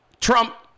Trump